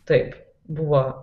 taip buvo